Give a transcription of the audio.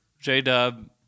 J-Dub